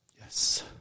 Yes